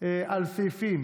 על סעיפים